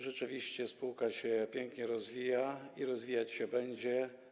Rzeczywiście spółka się pięknie rozwija i rozwijać się będzie.